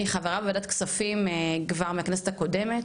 אני חברה בוועדת הכספים כבר מהכנסת הקודמת,